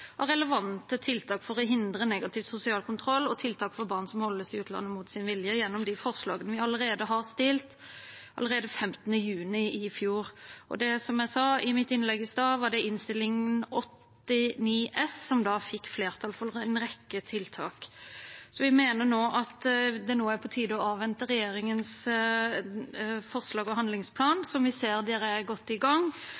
av relevante tiltak for å hindre negativ sosial kontroll og tiltak for barn som holdes i utlandet mot sin vilje, gjennom de forslagene vi fremmet allerede 15. juni i fjor. Som jeg sa i mitt innlegg i stad, fikk vi i behandlingen av Innst. 89 S for 2020–2021 flertall for en rekke tiltak. Vi mener nå at det er på tide å avvente regjeringens forslag